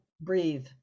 breathe